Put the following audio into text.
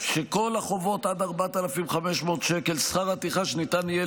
שלכל החובות עד 4,500 שקל שכר הטרחה שניתן יהיה